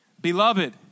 Beloved